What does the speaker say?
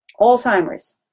Alzheimer's